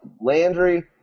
Landry